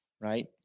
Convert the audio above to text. right